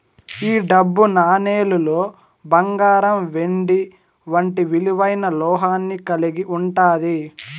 ఈ డబ్బు నాణేలులో బంగారం వెండి వంటి విలువైన లోహాన్ని కలిగి ఉంటాది